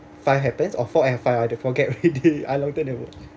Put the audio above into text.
five happens or four and five I forget already I long time no watch